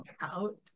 Out